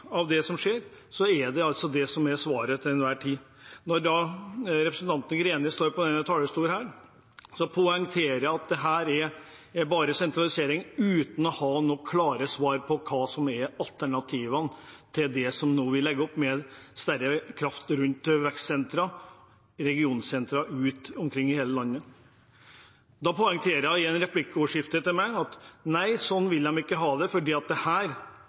av hva som skjer, er det altså svaret til enhver tid. Når representanten Greni står på denne talerstolen, vil jeg poengtere at dette bare er sentralisering uten noen klare svar på hva som er alternativene til det vi nå legger opp til med større kraft rundt vekstsentre og regionsentre over hele landet. Da poengterer hun i replikkordskiftet til meg at nei, sånn vil de ikke ha det fordi det vil skape en ulikhet. En ulikhet – jeg bare spør: Er det